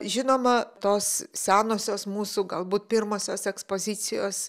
žinoma tos senosios mūsų galbūt pirmosios ekspozicijos